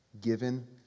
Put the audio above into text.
given